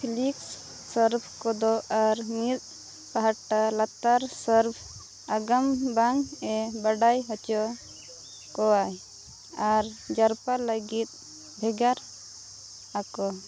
Felix ᱥᱟᱨᱵᱷ ᱠᱚᱫᱚ ᱟᱨ ᱢᱤᱫ ᱯᱟᱦᱴᱟ ᱞᱟᱛᱟᱨ ᱥᱟᱨᱵᱷ ᱟᱜᱟᱢ ᱵᱟᱝ ᱮ ᱵᱟᱰᱟᱭ ᱦᱚᱪᱚ ᱠᱚᱣᱟᱭ ᱟᱨ ᱡᱟᱨᱯᱟ ᱞᱟᱹᱜᱤᱫ ᱵᱮᱵᱷᱟᱨ ᱟᱠᱚ